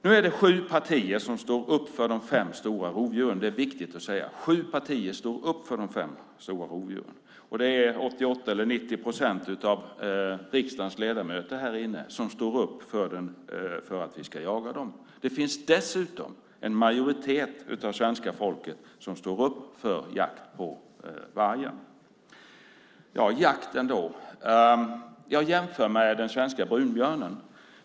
Nu är det sju partier som står upp för de fem stora rovdjuren. Det är viktigt att säga. Sju partier står upp för de fem stora rovdjuren. Det är 88 eller 90 procent av riksdagens ledamöter här inne som står upp för att vi ska jaga dem. Det är dessutom en majoritet av svenska folket som står upp för jakt på vargen. När det gäller jakten jämför jag med den svenska brunbjörnen.